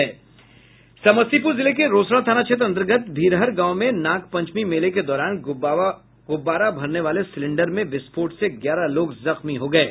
समस्तीपूर जिले के रोसड़ा थाना क्षेत्र अंतर्गत भीरहर गांव में नागपंचमी मेले के दौरान गुब्बारा भरने वाले सिलेंडर में विस्फोट से ग्यारह लोग जख्मी हो गये हैं